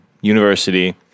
university